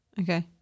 Okay